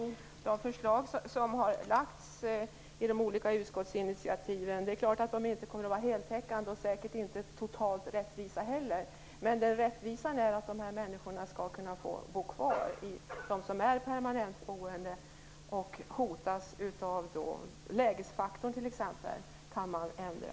Fru talman! Det är klart att de förslag som har lagts fram genom olika utskottsinitiativ inte kommer att vara heltäckande och säkert inte totalt rättvisa heller. Men rättvisa är att människor, de som är permanentboende, skall kunna bo kvar. Lägesfaktorn kan man t.ex. ändra.